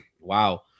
wow